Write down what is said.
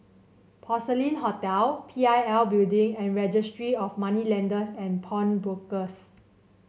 Porcelain Hotel P I L Building and Registry of Moneylenders and Pawnbrokers